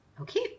Okay